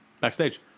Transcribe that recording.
backstage